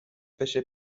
بشه